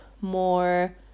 more